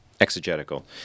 exegetical